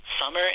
summer